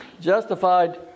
justified